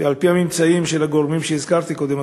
ועל-פי הממצאים של הגורמים שהזכרתי קודם,